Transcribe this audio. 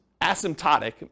asymptotic